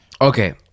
okay